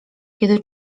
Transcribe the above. kiedy